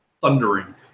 thundering